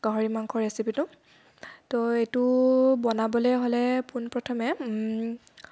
গাহৰি মাংস ৰেচিপিটো ত এইটো বনাবলৈ হ'লে পোন প্ৰথমে